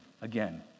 Again